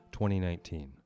2019